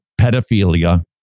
pedophilia